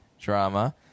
drama